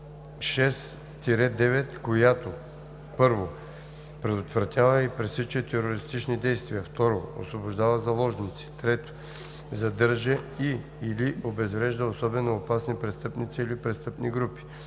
– 9, която: 1. предотвратява и пресича терористични действия; 2. освобождава заложници; 3. задържа и/или обезврежда особено опасни престъпници или престъпни групи;